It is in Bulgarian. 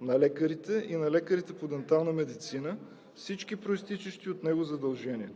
на лекарите и на лекарите по дентална медицина с всички произтичащи от него задължения.